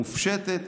מופשטת,